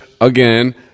again